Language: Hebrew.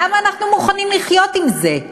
למה אנחנו מוכנים לחיות עם זה?